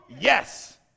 Yes